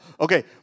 Okay